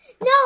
No